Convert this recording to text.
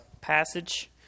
passage